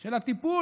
של הטיפול,